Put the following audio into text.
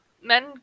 men